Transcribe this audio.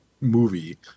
movie